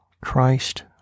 Christ